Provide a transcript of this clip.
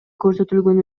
көрсөтүлгөн